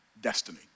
destiny